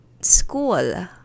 school